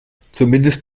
zumindest